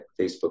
facebook